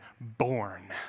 born